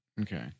Okay